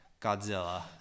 Godzilla